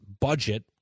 budget